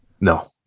no